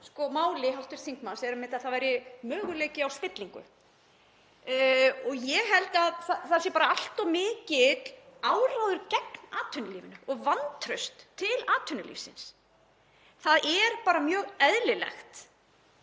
máli hv. þingmanns er að það sé möguleiki á spillingu. Ég held að það sé bara allt of mikill áróður gegn atvinnulífinu og vantraust til atvinnulífsins. Það er bara mjög eðlilegt